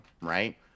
right